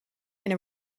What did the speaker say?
and